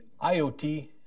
IoT